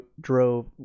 drove